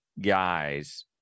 guys